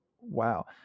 Wow